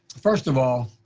first of all,